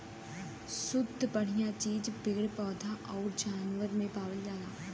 सुद्ध बढ़िया चीज पेड़ पौधन आउर जानवरन में पावल जाला